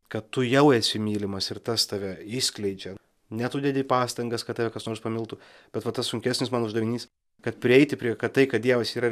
kad tu jau esi mylimas ir tas tave išskleidžia ne tu dedi pastangas kad tave kas nors pamiltų bet va tas sunkesnis mano uždavinys kad prieiti prie kad tai kad dievas yra